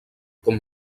com